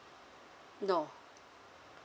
no